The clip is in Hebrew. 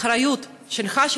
האחריות היא שלך,